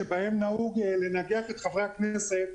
שבהם נהוג לנגח את חברי הכנסת,